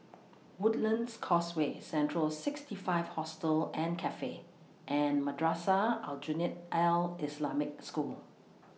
Woodlands Causeway Central sixty five Hostel and Cafe and Madrasah Aljunied Al Islamic School